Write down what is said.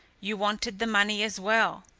you wanted the money as well.